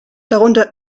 darunter